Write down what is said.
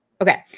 Okay